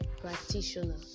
practitioner